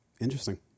Interesting